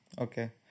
Okay